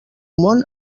món